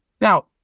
Now